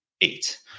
eight